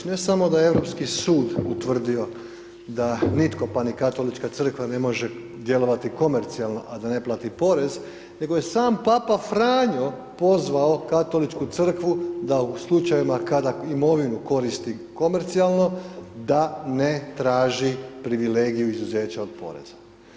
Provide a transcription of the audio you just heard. Ne samo da je Europski sud utvrdio da nitko, pa ni Katolička crkva ne može djelovati komercijalno, a da ne plati porez, nego je sam papa Franjo pozvao Katoličku crkvu da u slučajevima kada imovinu koriste komercijalno, da ne traži privilegiju izuzeća od poreza.